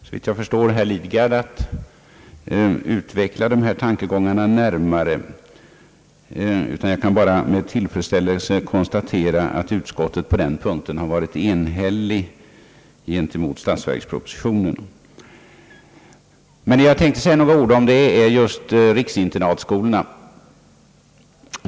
Såvitt jag förstår kommer herr Lidgard att utveckla utskottets tankegångar närmare. Jag kan bara med tillfredsställelse konstatera att utskottet på den punkten varit enhälligt gentemot statsverkspropositionen. Vad jag tänkte säga några ord om är riksinternatskolorna.